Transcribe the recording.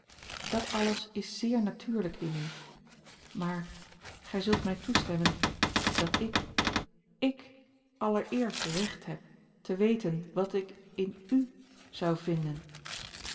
dat alles is zeer natuurlijk in u maar gij zult mij toestemmen dat ik ik allereerst recht heb te weten wat ik in u zou vinden